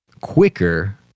quicker